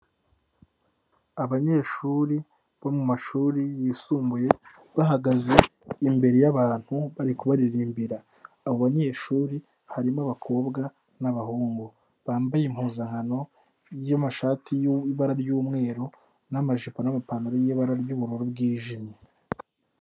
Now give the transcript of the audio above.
Abanyeshuri bo mumashuri yisumbuye, bahagaze imbere yabantu bari kubaririmbira, abo banyeshuri harimo abakobwa n'abahungu, bambaye impuzankano y'amashati y'ibara ry'umweru n'amajipo n'amapantaro y'ibara ry'ubururu bwijimye.